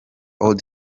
old